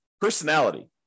personality